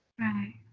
Right